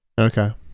Okay